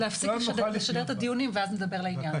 נוכל --- להפסיק לשדר את הדיונים ואז נדבר לעניין.